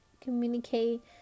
communicate